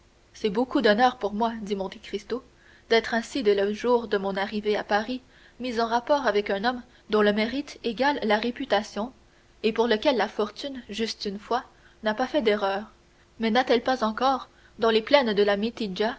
c'est beaucoup d'honneur pour moi dit monte cristo d'être ainsi dès le jour de mon arrivée à paris mis en rapport avec un homme dont le mérite égale la réputation et pour lequel la fortune juste une fois n'a pas fait d'erreur mais n'a-t-elle pas encore dans les plaines de la